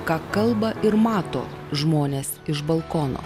ką kalba ir mato žmonės iš balkono